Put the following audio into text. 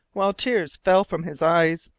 while tears fell from his eyes.